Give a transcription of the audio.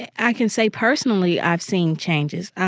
i can say personally i've seen changes.